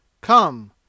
Come